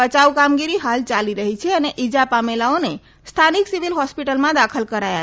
બયાવ કામગીરી હાલ યાલી રહી છે અને ઇજા પામેલાઓને સ્થાનિક સિવિલ હોસ્પિટલમાં દાખલ કરાયા છે